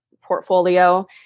portfolio